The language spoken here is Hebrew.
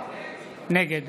נגד